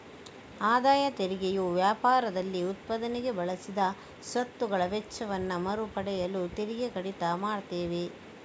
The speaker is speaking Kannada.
ಆದಾಯ ತೆರಿಗೆಯು ವ್ಯಾಪಾರದಲ್ಲಿ ಉತ್ಪಾದನೆಗೆ ಬಳಸಿದ ಸ್ವತ್ತುಗಳ ವೆಚ್ಚವನ್ನ ಮರು ಪಡೆಯಲು ತೆರಿಗೆ ಕಡಿತ ಮಾಡ್ತವೆ